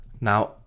now